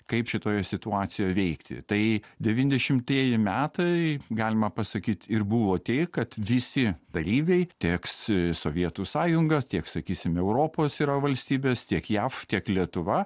kaip šitoje situacijoj veikti tai devyniasdešimtieji metai galima pasakyt ir buvo tai kad visi dalyviai tiek s sovietų sąjungos tiek sakysim europos yra valstybės tiek jav tiek lietuva